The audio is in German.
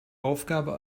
aufgabe